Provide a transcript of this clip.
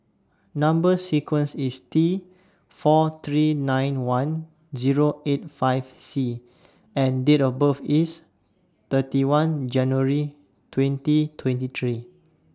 Number sequence IS T four three nine one Zero eight five C and Date of birth IS thirty one January twenty twenty three